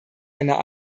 einer